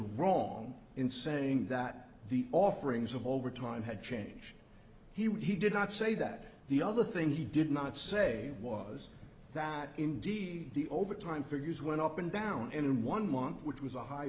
wrong in saying that the offerings of overtime had changed he would he did not say that the other thing he did not say was that indeed the overtime figures went up and down in one month which was a high